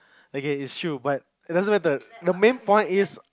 okay it's true but it doesn't matter the main point is